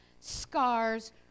scars